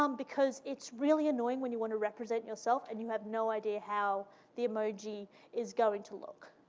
um because it's really annoying when you want to represent yourself, and you have no idea how the emoji is going to look.